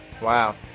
Wow